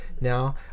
now